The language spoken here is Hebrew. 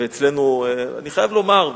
ואצלנו, אני חייב לומר,